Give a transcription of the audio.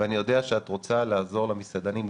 ואני יודע שאת רוצה לעזור למסעדנים,